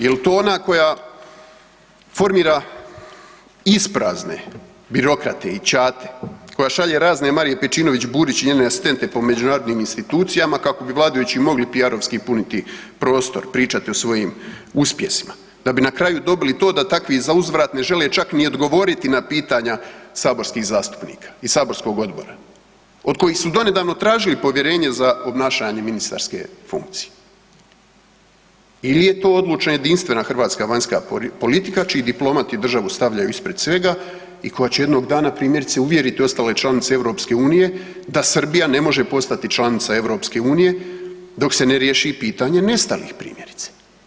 Jel to ona koja formira isprazne birokrate i čate, koja šalje razne Marije Pejčinović Burić i njene asistente po međunarodnim institucijama kako bi vladajući mogli piarovski puniti prostor i pričati o svojim uspjesima da bi na kraju dobili to da takvi za uzvrat ne žele čak ni odgovoriti na pitanja saborskih zastupnika i saborskog odbora od kojih su donedavno tražili povjerenje za obnašanje ministarske funkcije ili je to odlučila jedinstvena hrvatska vanjska politika čiji diplomati državu stavljaju ispred svega i koja će jednog dana, primjerice, uvjeriti ostale članice EU da Srbija ne može postati članica EU dok se ne riješi pitanje nestalih, primjerice.